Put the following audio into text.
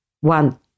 one